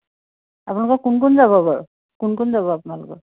আপোনালোকৰ কোন কোন যাব বাৰু কোন কোন যাব আপোনালোকৰ